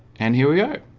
and here we go.